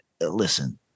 listen